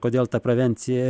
kodėl ta prevencija